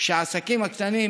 שהעסקים הקטנים,